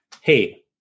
hey